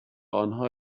آنها